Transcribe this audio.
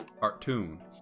cartoon